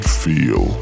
feel